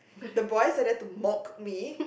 the boys are there to mock me